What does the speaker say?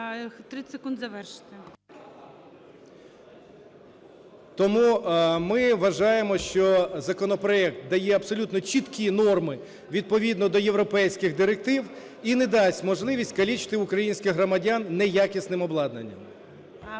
Тому ми вважаємо, що законопроект дає абсолютно чіткі норми відповідно до європейських директив і не дасть можливість калічити українських громадян неякісним обладнанням.